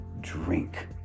drink